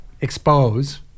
expose